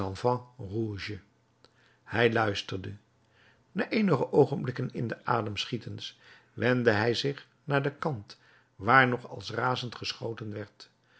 enfants rouges hij luisterde na eenige oogenblikken in den adem schietens wendde hij zich naar den kant waar nog als razend geschoten werd